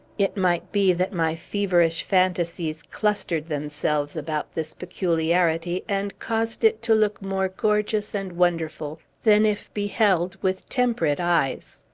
it might be that my feverish fantasies clustered themselves about this peculiarity, and caused it to look more gorgeous and wonderful than if beheld with temperate eyes.